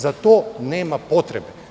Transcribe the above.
Za to nema potrebe.